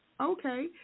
Okay